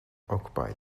occupied